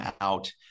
out